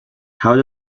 how